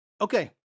Okay